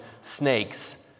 snakes